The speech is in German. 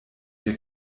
der